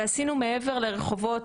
ועשינו מעבר לרחובות,